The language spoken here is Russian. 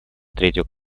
третьего